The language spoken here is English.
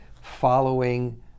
following